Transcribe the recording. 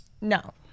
No